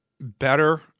better